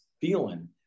feeling